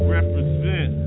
Represent